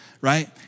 right